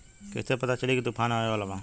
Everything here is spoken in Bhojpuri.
कइसे पता चली की तूफान आवा वाला बा?